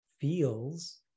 feels